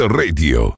radio